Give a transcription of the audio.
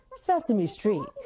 sesame street.